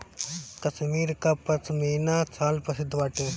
कश्मीर कअ पशमीना शाल प्रसिद्ध बाटे